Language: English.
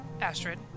Astrid